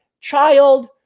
child